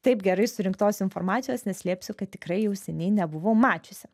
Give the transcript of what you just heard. taip gerai surinktos informacijos neslėpsiu kad tikrai jau seniai nebuvau mačiusi